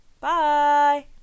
Bye